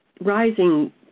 rising